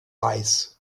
weiß